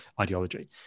ideology